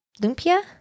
Lumpia